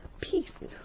peace